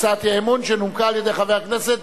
הצעת האי-אמון שנומקה על-ידי חבר הכנסת